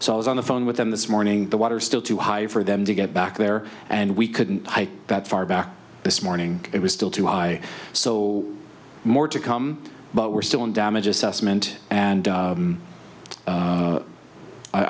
so i was on the phone with them this morning the water is still too high for them to get back there and we couldn't that far back this morning it was still too high so more to come but we're still in damage assessment and